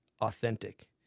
authentic